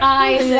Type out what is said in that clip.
eyes